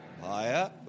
Higher